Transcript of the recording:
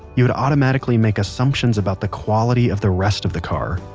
you'd automatically make assumptions about the quality of the rest of the car.